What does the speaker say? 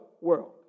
world